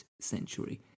century